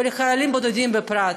ולחיילים בודדים בפרט.